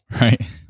Right